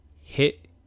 hit